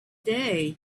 day